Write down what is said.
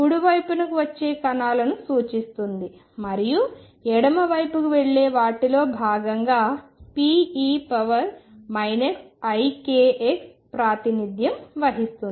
కుడివైపునకు వచ్చే కణాలను సూచిస్తుంది మరియు ఎడమవైపుకు వెళ్లే వాటిలో భాగంగా Be ikx ప్రాతినిధ్యం వహిస్తుంది